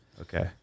Okay